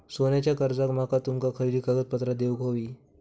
सोन्याच्या कर्जाक माका तुमका खयली कागदपत्रा देऊक व्हयी?